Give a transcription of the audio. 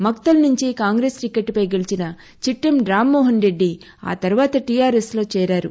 మక్తల్ నుంచి కాంగ్రెస్ టీకెట్పై గెలిచిన చిట్లెం రామమోహన్రెడ్డి ఆ తర్వాత టీఆర్ఎస్లో చేరారు